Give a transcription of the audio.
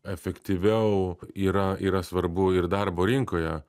efektyviau yra yra svarbu ir darbo rinkoje